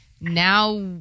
now